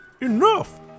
Enough